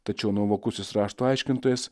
tačiau nuovokusis rašto aiškintojas